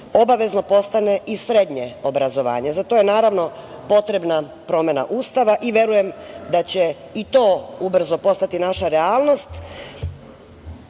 obavezno postane i srednje obrazovanje. Za to je, naravno, potrebna promena Ustava i verujem da će i to ubrzo postati naša realnost